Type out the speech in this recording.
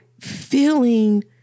feeling